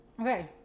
Okay